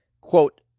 Quote